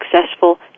successful